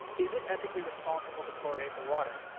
is it ethically responsible to fluoridate the water?